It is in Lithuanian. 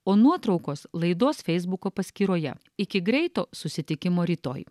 o nuotraukos laidos feisbuko paskyroje iki greito susitikimo rytoj